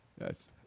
Yes